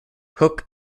hook